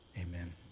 amen